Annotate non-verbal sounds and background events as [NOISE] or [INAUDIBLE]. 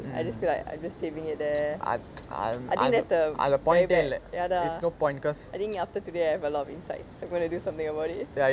I just feel like I'm just saving it there [NOISE] I think that's the I அதான்:athaan I think after today I have a lot of insights so gonna do something about it but